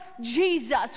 Jesus